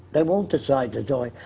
they won't decide to join,